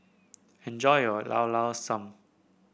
enjoy your Llao Llao Sanum